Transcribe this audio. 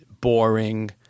Boring